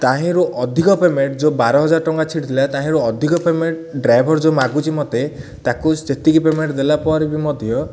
ତାହିଁରୁ ଅଧିକ ପେମେଣ୍ଟ୍ ଯେଉଁ ବାର ହଜାର ଟଙ୍କା ଛିଡ଼ି ଥିଲା ତାହିଁରୁ ଅଧିକ ପେମେଣ୍ଟ୍ ଡ୍ରାଇଭର୍ ଯେଉଁ ମାଗୁଛି ମତେ ତାକୁ ସେତିକି ପେମେଣ୍ଟ୍ ଦେଲା ପରେ ବି ମଧ୍ୟ